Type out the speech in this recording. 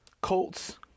Colts